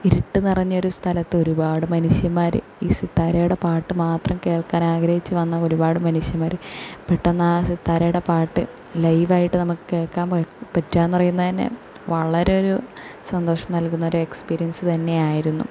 ഇരുട്ട് നിറഞ്ഞൊരു സ്ഥലത്ത് ഒരുപാട് മനുഷ്യന്മാർ ഈ സിത്താരേടെ പാട്ട് മാത്രം കേൾക്കാനാഗ്രഹിച്ച് വന്ന ഒരു പാട് മനുഷ്യന്മാർ പെട്ടെന്നാ സിത്താരേടെ പാട്ട് ലൈവായിട്ട് നമുക്ക് കേൾക്കാൻ പ പറ്റുകായെന്ന് പറയുന്നത് തന്നെ വളരെ ഒരു സന്തോഷം നൽകുന്ന ഒരു എക്സ്പീരിയൻസ് തന്നെ ആയിരുന്നു